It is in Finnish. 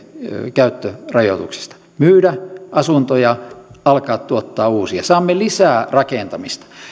käyttörajoituksesta myydä asuntoja alkaa tuottaa uusia saamme lisää rakentamista